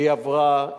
היא עברה,